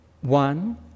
One